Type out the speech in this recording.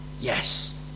Yes